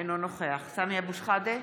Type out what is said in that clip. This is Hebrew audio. אינו נוכח סמי אבו שחאדה,